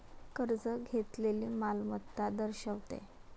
कर्ज घेतलेली मालमत्ता दर्शवते